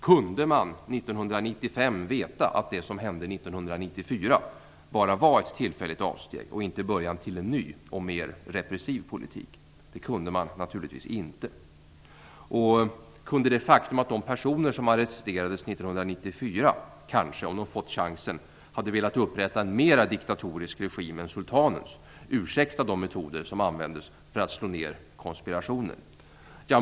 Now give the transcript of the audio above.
Kunde man år 1995 veta att det som hände år 1994 bara var ett tillfälligt avsteg och inte början till en ny och mer repressiv politik? Det kunde man naturligtvis inte. Kunde det faktum att de personer som arresterades år 1994 kanske om de fått chansen hade velat upprätta en mer diktatorisk regim än sultanens ursäkta de metoder som användes för att slå ner konspirationen?